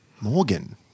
Morgan